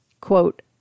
Quote